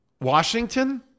Washington